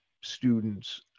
students